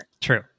true